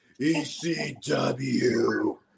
ECW